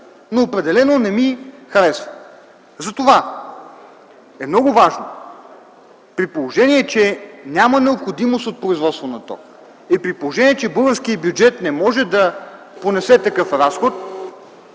определено не ми харесва. Много е важно, при положение че няма необходимост от производство на ток, че българският бюджет не може да понесе такъв разход,